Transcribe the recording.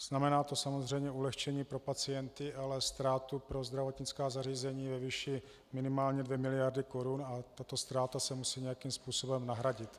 Znamená to samozřejmě ulehčení pro pacienty, ale ztrátu pro zdravotnická zařízení ve výši minimálně 2 miliardy korun a tato ztráta se musí nějakým způsobem nahradit.